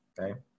okay